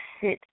sit